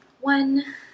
one